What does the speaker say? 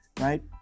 right